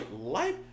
life